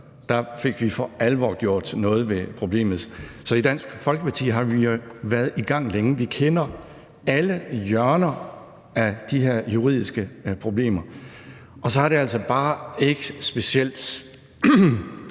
fik vi for alvor gjort noget ved problemet. Så i Dansk Folkeparti har vi jo været i gang længe; vi kender alle hjørner af de her juridiske problemer, og så er det altså bare ikke specielt